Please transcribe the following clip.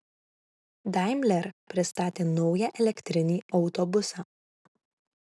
daimler pristatė naują elektrinį autobusą